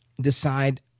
decide